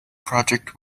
project